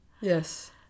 yes